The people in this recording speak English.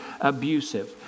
abusive